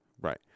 Right